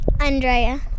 Andrea